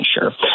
sure